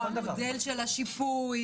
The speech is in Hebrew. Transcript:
או המודל של השיפוי,